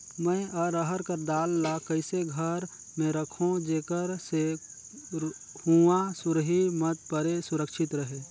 मैं अरहर कर दाल ला कइसे घर मे रखों जेकर से हुंआ सुरही मत परे सुरक्षित रहे?